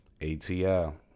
ATL